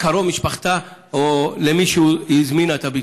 קרוב משפחתה או למי שהיא הזמינה את הביקור.